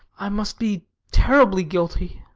i must be terribly guilty,